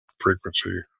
frequency